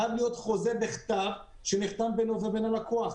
חייב להיות חוזה בכתב שנחתם בינינו ובין הלקוח.